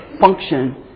function